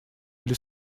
или